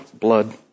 blood